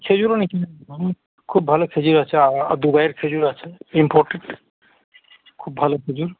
খেজুরও নিতে পারেন আপনি খুব ভালো খেজুর আছে দুবাইয়ের খেজুর আছে ইমপোর্টেড খুব ভালো খেজুর